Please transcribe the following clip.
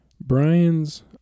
Brian's